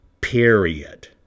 period